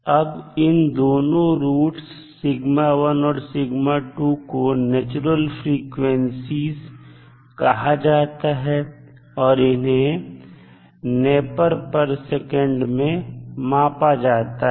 अब इन दोनों रूट्स और को नेचुरल फ्रीक्वेंसी कहा जाता है और इन्हें Npsec में मापा जाता है